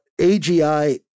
AGI